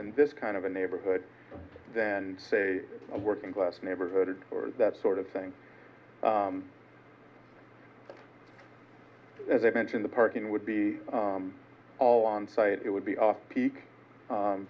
and this kind of a neighborhood than say a working class neighborhood or that sort of thing as i mentioned the parking would be all onsite it would be off peak